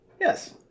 Yes